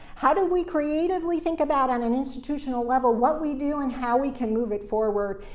how do we creatively think about, on an institutional level, what we do and how we can move it forward?